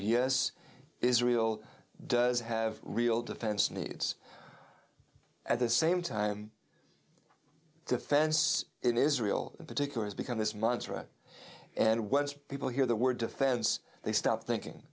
yes israel does have real defense needs at the same time defense it israel in particular has become this month's right and once people hear the word defense they stop thinking